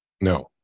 No